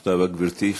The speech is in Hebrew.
תודה רבה, גברתי.